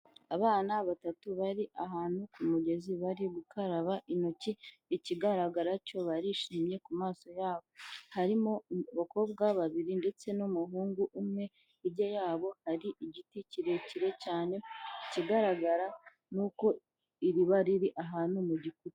Abana batatu bari ahantu ku mugezi bari gukaraba intoki, ikigaragara cyo barishimye ku maso yabo, harimo abakobwa babiri ndetse n'umuhungu umwe, hirya yabo hari igiti kirekire cyane, ikigaragara ni uko iriba riri ahantu mu gikuta.